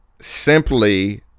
simply